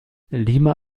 lima